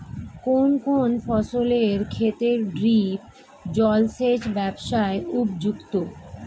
কোন কোন ফসলের ক্ষেত্রে ড্রিপ জলসেচ ব্যবস্থা উপযুক্ত?